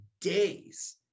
days